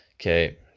okay